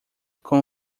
com